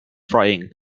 frying